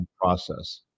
process